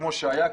כפי שהיה,